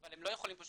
אבל הם לא יכולים פשוט